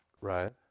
Right